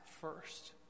first